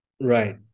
right